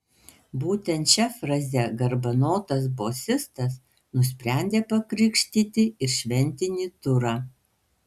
būtent šia fraze garbanotas bosistas nusprendė pakrikštyti ir šventinį turą